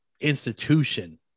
institution